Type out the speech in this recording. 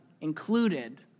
included